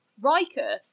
Riker